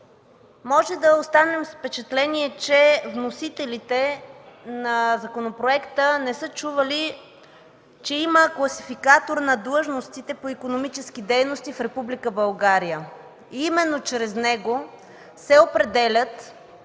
можем да останем с впечатление, че вносителите на законопроекта не са чували, че има Класификатор на длъжностите по икономически дейности в Република България. Именно чрез него се определят